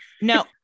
No